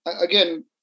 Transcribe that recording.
again